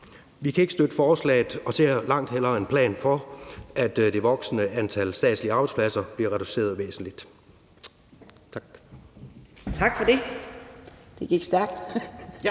Vi kan ikke støtte forslaget og ser langt hellere en plan for, at det voksende antal statslige arbejdspladser bliver reduceret væsentligt. Tak. Kl. 14:58 Fjerde